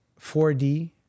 4D